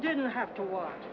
didn't have to watch